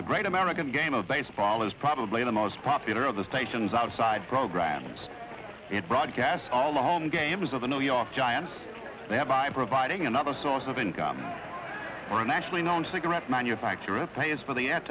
the great american game of baseball is probably the most popular of the stations outside programs in broadcast all the home games of the new york giants they have by providing another source of income for a nationally known cigarette manufacturers pay is for the ad